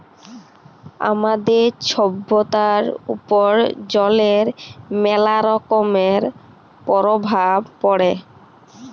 আমাদের ছভ্যতার উপর জলের ম্যালা রকমের পরভাব পড়ে